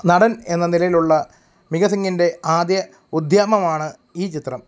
നടൻ എന്ന നിലയിലുള്ള മികാ സിങ്ങിൻ്റെ ആദ്യ ഉദ്യമമാണ് ഈ ചിത്രം